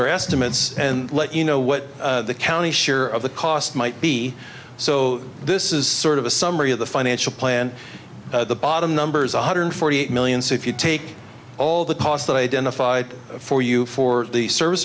their estimates and let you know what the county share of the cost might be so this is sort of a summary of the financial plan the bottom numbers one hundred forty eight million so if you take all the cost identified for you for the service